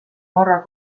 norra